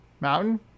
Mountain